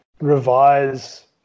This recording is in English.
revise